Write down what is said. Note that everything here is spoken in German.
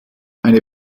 eine